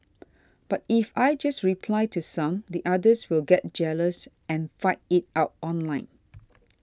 but if I just reply to some the others will get jealous and fight it out online